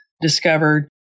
discovered